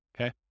okay